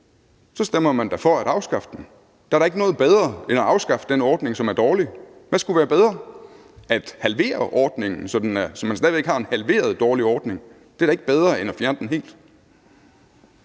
så stemmer man da for afskaffe den. Der er da ikke noget bedre end at afskaffe den ordning, som er dårlig. Hvad skulle være bedre – at halvere ordningen, sådan at man stadig væk har en halveret dårlig ordning? Det er da ikke bedre end at fjerne den helt.